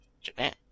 Japan